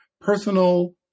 personal